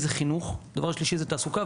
תודה.